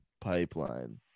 pipeline